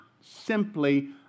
simply